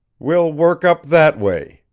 we'll work up that way,